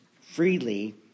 freely